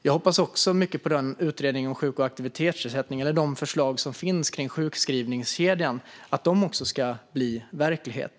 Jag hoppas också mycket på utredningen om sjuk och aktivitetsersättningen och på att de förslag som finns kring sjukskrivningskedjan ska bli verklighet.